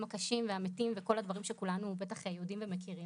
הקשים והמתים וכל הדברים שכולנו בטח יודעים ומכירים.